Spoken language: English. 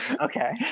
Okay